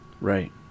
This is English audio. Right